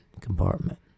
compartment